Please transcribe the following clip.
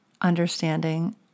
understanding